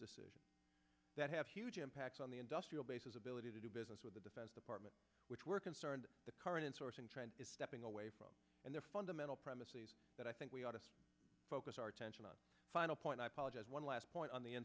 decision that have huge impacts on the industrial base his ability to do business with the defense department which we're concerned the current insourcing trend is stepping away from their fundamental premises that i think we ought to focus our attention on final point i polish as one last point on the